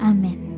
Amen